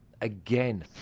again